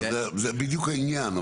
זה בדיוק העניין.